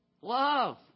love